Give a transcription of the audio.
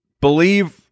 believe